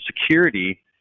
security